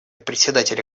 председателя